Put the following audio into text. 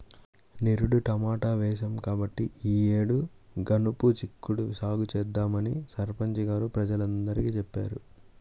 నిరుడు టమాటా వేశాం కాబట్టి ఈ యేడు గనుపు చిక్కుడు సాగు చేద్దామని సర్పంచి గారు గ్రామ ప్రజలందరికీ చెప్పారు